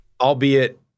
Albeit